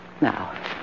Now